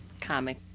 comic